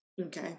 okay